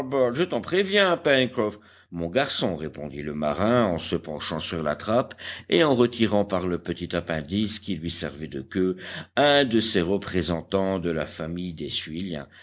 je t'en préviens pencroff mon garçon répondit le marin en se penchant sur la trappe et en retirant par le petit appendice qui lui servait de queue un de ces représentants de la famille des